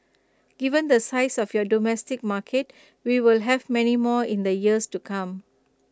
given the size of your domestic market we will have many more in the years to come